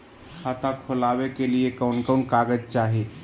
खाता खोलाबे के लिए कौन कौन कागज चाही?